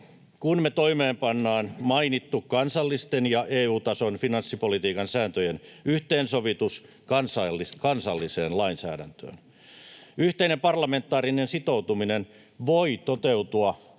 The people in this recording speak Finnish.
kun me toimeenpannaan mainittu kansallisten ja EU-tason finanssipolitiikan sääntöjen yhteensovitus kansalliseen lainsäädäntöön. Yhteinen parlamentaarinen sitoutuminen voi toteutua